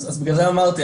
אז בגלל זה אמרתי,